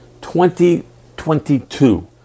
2022